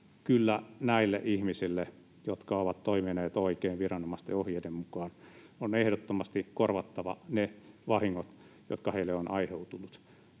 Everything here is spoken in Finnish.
Kyllä näille ihmisille, jotka ovat toimineet oikein, viranomaisten ohjeiden mukaan, on ehdottomasti korvattava ne vahingot, jotka heille ovat aiheutuneet